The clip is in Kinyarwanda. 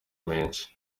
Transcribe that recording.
menshi